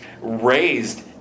raised